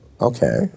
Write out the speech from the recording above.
Okay